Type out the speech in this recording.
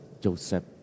Joseph